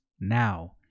now